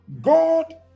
God